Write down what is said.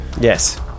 yes